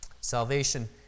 Salvation